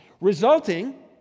resulting